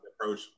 approach